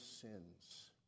sins